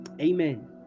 Amen